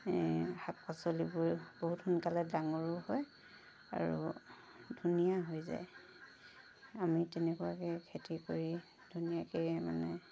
শাক পাচলিবোৰ বহুত সোনকালে ডাঙৰো হয় আৰু ধুনীয়া হৈ যায় আমি তেনেকুৱাকৈ খেতি কৰি ধুনীয়াকৈ মানে